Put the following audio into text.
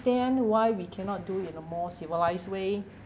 understand why we cannot do it in a more civilised way